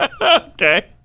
Okay